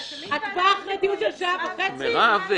בחוק צריך תקצוב ------ מירב ויעל.